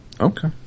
Okay